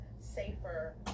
safer